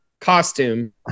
costume